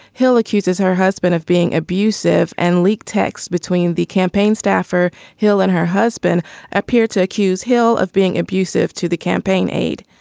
hill accuses her husband of being abusive and leaked text between the campaign staffer hill and her husband appear to accuse hill of being abusive to the campaign aide.